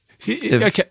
Okay